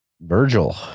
Virgil